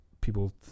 people